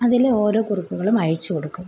അതിൽ ഓരോ കുറിപ്പുകളും അയച്ച് കൊടുക്കും